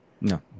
no